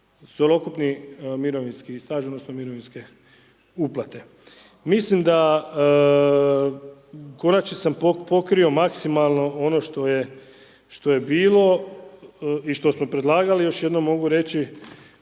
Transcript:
cjelokupni mirovinski staž odnosno mirovinske uplate. Mislim da u konačnici sam pokrio maksimalno ono što je bilo i što smo predlagali, još jednom mogu reći